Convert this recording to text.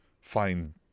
fine